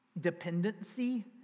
dependency